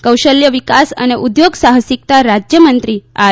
કૌશલ્ય વિકાસ અને ઉધોગ સાહસિકતા રાજ્યમંત્રી આર